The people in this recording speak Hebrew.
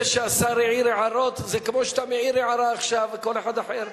זה שהשר העיר הערות זה כמו שאתה מעיר הערה עכשיו וכל אחד אחר.